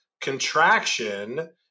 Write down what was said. contraction